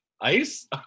Ice